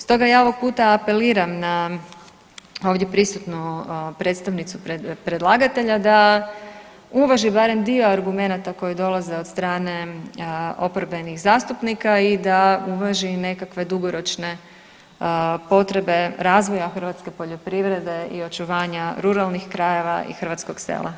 Stoga ja ovom puta apeliram na ovdje prisutnu predstavnicu predlagatelja da uvaži barem dio argumenata koji dolaze od strane oporbenih zastupnika i da uvaži i nekakve dugoročne potrebe razvoja hrvatske poljoprivrede i očuvanja ruralnih krajeva i hrvatskog sela.